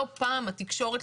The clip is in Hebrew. לא פעם התקשורת,